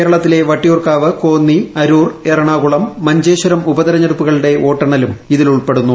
കേരളത്തിലെ വട്ടിയൂർകാവ് കോന്നി അരൂർ എറണാകുളം മഞ്ചേശ്വരം ഉപതെരഞ്ഞെടുപ്പുകളുടെ വോട്ടെണ്ണലും ഇതിലുൾപ്പെടുന്നു